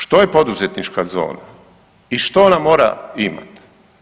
Što je poduzetnička zona i što ona mora imati?